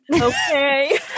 Okay